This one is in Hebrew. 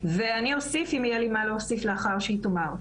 ואני אוסיף אם יהיה לי מה להוסיף לאחר שהיא תאמר.